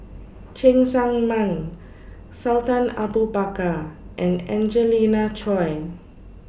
Cheng Tsang Man Sultan Abu Bakar and Angelina Choy